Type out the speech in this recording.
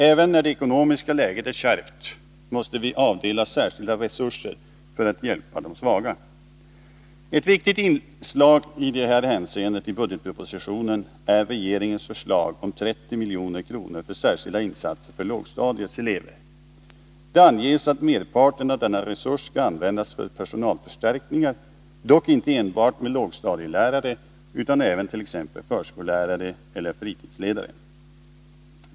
Även när det ekonomiska läget är kärvt måste vi avdela särskilda resurser för att hjälpa de svaga. Ett viktigt inslag i detta hänseende i budgetpropositionen är regeringens förslag om 30 milj.kr. för särskilda insatser för lågstadiets elever. Det anges att merparten av denna resurs skall användas för personalförstärkningar, dock inte enbart med lågstadielärare utan även med t.ex. förskollärare eller fritidsledare.